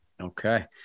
Okay